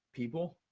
people.